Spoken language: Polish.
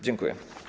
Dziękuję.